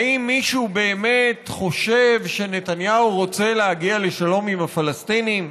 האם מישהו באמת חושב שנתניהו רוצה להגיע לשלום עם הפלסטינים?